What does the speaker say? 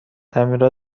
تعمیر